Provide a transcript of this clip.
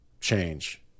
change